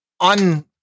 on